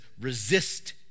resist